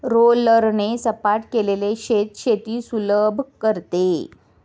रोलरने सपाट केलेले शेत शेती सुलभ करते